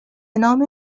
نام